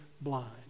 blind